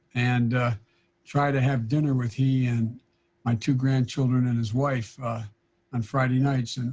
and try to have dinner with he and my two grandchildren and his wife on friday nights.